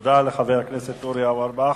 תודה לחבר הכנסת אורי אורבך.